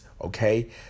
okay